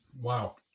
Wow